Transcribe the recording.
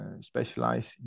specialize